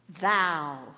thou